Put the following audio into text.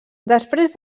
després